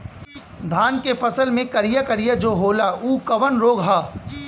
धान के फसल मे करिया करिया जो होला ऊ कवन रोग ह?